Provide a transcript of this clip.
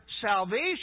salvation